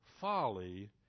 folly